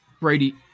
Brady